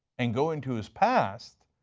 and go into his past,